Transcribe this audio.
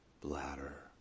bladder